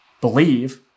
Believe